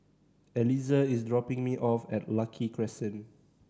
Eliezer is dropping me off at Lucky Crescent